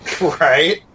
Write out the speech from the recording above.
Right